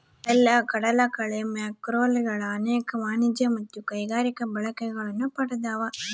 ಕಡಲಕಳೆ ಮ್ಯಾಕ್ರೋಲ್ಗೆಗಳು ಅನೇಕ ವಾಣಿಜ್ಯ ಮತ್ತು ಕೈಗಾರಿಕಾ ಬಳಕೆಗಳನ್ನು ಪಡ್ದವ